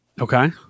Okay